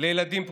לילדים פגועים,